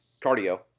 Cardio